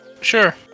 Sure